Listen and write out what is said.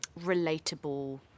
relatable